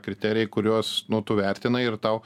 kriterijai kuriuos nu tu vertinai ir tau